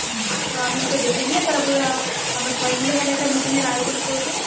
হুম তো আমি ওটা দেখে নিয়ে তারপরে আমরা সবাই মিলে তাহলে একটা মিটিংয়ের আয়োজন করব